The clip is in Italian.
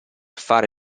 fare